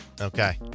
okay